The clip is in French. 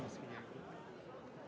Merci